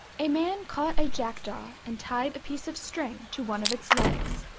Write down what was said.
a man caught a jackdaw and tied a piece of string to one of its legs,